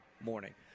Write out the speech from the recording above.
morning